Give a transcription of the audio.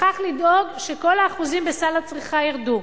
וכך לדאוג שכל האחוזים בסל הצריכה ירדו.